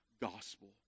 gospel